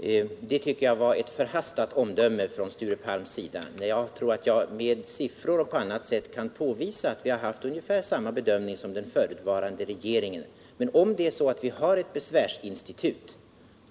Herr talman! Det tycker jag var ett förhastat omdöme från Sture Palms sida, när jag tror att jag med siffror och på annat sätt kan påvisa att vi har haft ungefär samma bedömning som förutvarande regering. Men om vi har ett besvärsinstitut